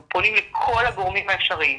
אנחנו פונים לכל הגורמים האפשריים,